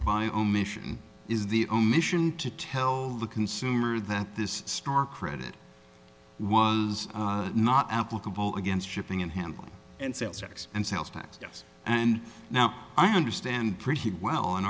by omission is the omission to tell the consumer that this store credit was not applicable against shipping and handling and sales tax and sales tax and now i understand pretty well an